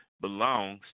belongs